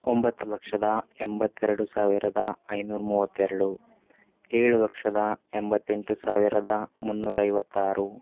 ಒಂಬತ್ತು ಲಕ್ಷದ ಎಂಬತ್ತೆರಡು ಸಾವಿರದ ಐನೂರ ಮೂವತ್ತೆರಡು ಏಳು ಲಕ್ಷದ ಎಂಬತ್ತೆಂಟು ಸಾವಿರದ ಮುನ್ನೂರೈವತ್ತಾರು